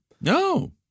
No